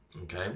Okay